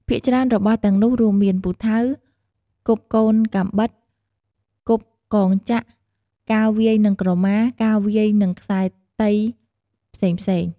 ភាគច្រើនរបស់ទាំងនោះរួមមាន ពូថៅ គប់កូនកាំបិត គប់កងចក្រ ការវាយនិងក្រម៉ា ការវាយនិងខ្សែរទី ផ្សេងៗ ។